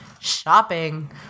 shopping